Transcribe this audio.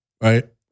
right